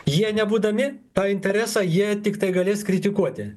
jie nebūdami tą interesą jie tiktai galės kritikuoti